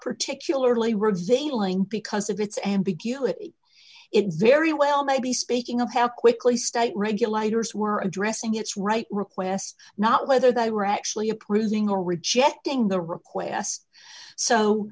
particularly revealing because of its ambiguity it very well may be speaking of how quickly state regulators were addressing its right request not whether they were actually approving or rejecting the request so